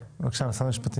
כמה זמן לוקח למצוא את המתכון?